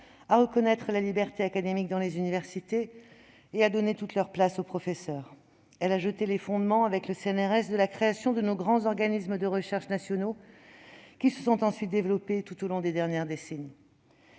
à reconnaître la liberté académique dans les universités et à donner toute leur place aux professeurs. Elle a jeté les fondements, avec le CNRS, de la création de nos grands organismes de recherche nationaux, qui se sont ensuite développés tout au long des dernières décennies.